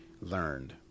learned